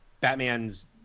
batman's